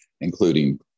including